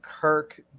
Kirk